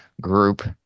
group